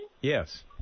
Yes